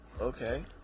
Okay